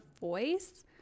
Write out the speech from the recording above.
voice